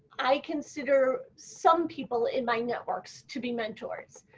i consider some people in my networks to be mentors.